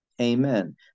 Amen